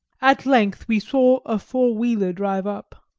at length we saw a four-wheeler drive up.